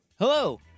Hello